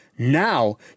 Now